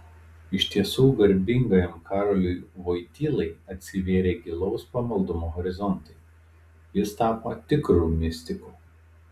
iš tiesų garbingajam karoliui vojtylai atsivėrė gilaus pamaldumo horizontai jis tapo tikru mistiku